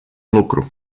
lucru